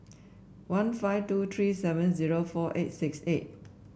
one five two three seven zero four eight six eight